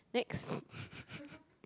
next